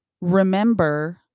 Remember